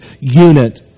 unit